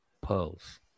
pearls